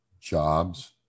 jobs